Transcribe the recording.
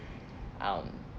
um